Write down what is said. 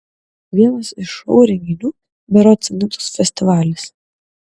vienas iš šou renginių berods nidos festivalis